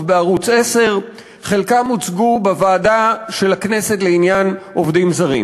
בערוץ 10 וחלקם הוצגו בוועדה של הכנסת לעניין עובדים זרים.